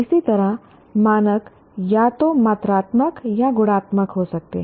इसी तरह मानक या तो मात्रात्मक या गुणात्मक हो सकते हैं